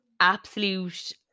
absolute